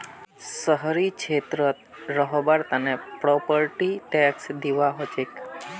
शहरी क्षेत्रत रहबार तने प्रॉपर्टी टैक्स दिबा हछेक